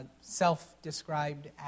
self-described